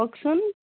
কওকচোন